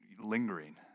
lingering